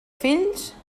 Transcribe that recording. fills